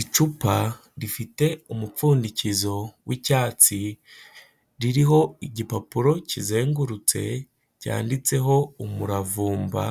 Icupa rifite umupfundikizo w'icyatsi, ririho igipapuro kizengurutse, ryanditseho umuravumba,